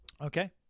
Okay